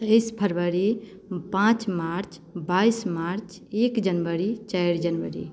उनइस फरवरी पाँच मार्च बाइस मार्च एक जनवरी चारि जनवरी